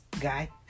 Guy